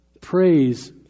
praise